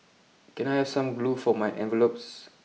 can I have some glue for my envelopes